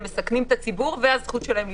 מסכנים את הציבור לבין הזכות של הם לבחור.